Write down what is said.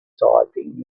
typing